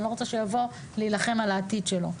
אני לא רוצה שהוא יבוא להילחם על העתיד שלו.